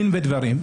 דין ודברים,